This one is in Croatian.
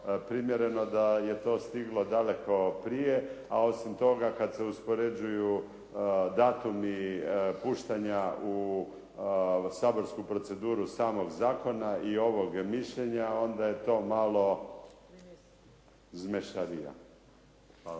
primjereno da je to stiglo daleko prije a osim toga kad se uspoređuju datumi puštanja u saborsku proceduru samog zakona i ovog mišljenja onda je to malo zmeštarija. Hvala.